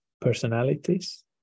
personalities